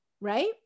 right